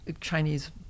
Chinese